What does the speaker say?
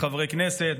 מחברי כנסת,